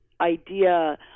idea